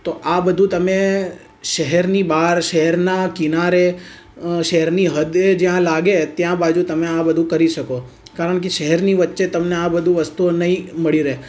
તો આ બધું તમે શહેરની બહાર શહેરના કિનારે શહેરની હદે જ્યાં લાગે ત્યાં બાજુ તમે આ બધું કરી શકો કારણ કે શહેરની વચ્ચે તમને આ બધું વસ્તુઓ નહીં મળી રહે